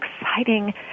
exciting